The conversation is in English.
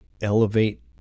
elevate